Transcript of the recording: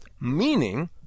meaning